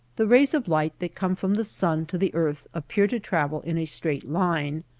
the rays of light that come from the sun to the earth appear to travel in a straight line,